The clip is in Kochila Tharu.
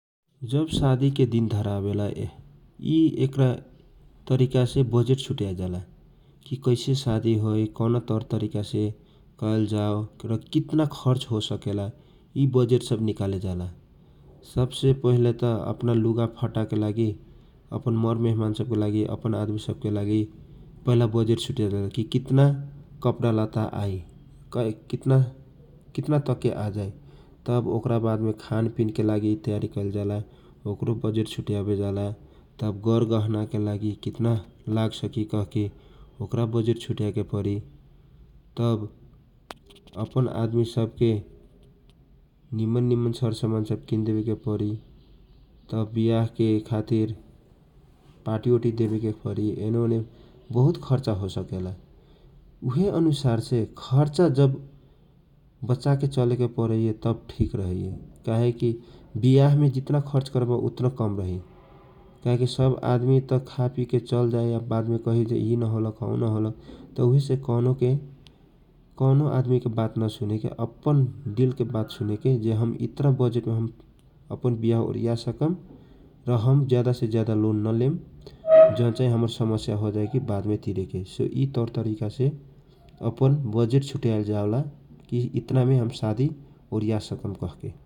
जब शादी के दिन धरावेला यि ऐकरा तरीकासे बजेट छुटीय जावेला कैसे शादी हेई, कौना तवर तरीका से कएल जाव र कितना खर्च होसकेला बजेट सब निकालेला । सबसे पहिले तँ अपना लुगाफटा के लागि, अपन मरमेहमान सब के लागि आदमी सब के लागि पहिला बजेट बल्की कितना कपडा लट्टा आई, कितना तकले ने आई तब ओकरा वाद आदमी खान पिनके लागि तयारी कएल जाला, ओकरो बगेट छुटएवलाजा तब गर गहना के लागि के तना लाग सकी कह के ओकरा बजेट छुट्याए के परी तब अपन आदमी सब के निमन निमन सरसामान सब देवेके परी तब विहा के खातिर पार्टी ओटी देवेके परी, एको ओने बहुत खर्चा होसकेला उहे अनुसार खर्चा जब बच्चाके चले के परै रा त सब ठीक रहे ए काहेकी विहामे जितना खर्च करवा उत्तना कम रही । काहेकी सब आदमी खाँ पि के चल जाई त उहेसे कौनो के कौनो आदमीके वात नसुन्ने के अपन दिल्ल के वात सुनेके जे हम इतना बगेट अपन विहा ओरिया सकम रहम से ज्यादा ज्यादा लोन नलेम जौन चाही हमर समस्या हो जाई वाद तिरेखुना से यि तवर तरीकासे अपन बजेट छुटाएजाला कि इतना में हम शादी ओरिया सकम ।